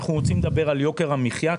אנחנו רוצים לדבר על יוקר המחיה.